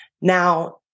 Now